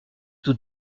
tout